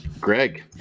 Greg